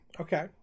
Okay